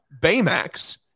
baymax